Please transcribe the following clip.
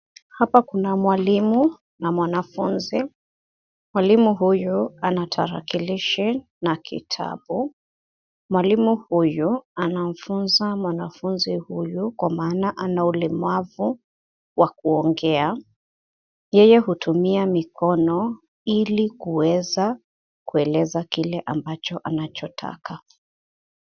Hapa kuna mwalimu na mwanafunzi. Mwalimu huyu ana tarakilishi na kitabu. Mwalimu huyu anamfunza mwanafunzi huyu kwa maana ana ulemavu wa kuongea, yeye hutumia mikono ili kueleza kile ambacho anachotaka.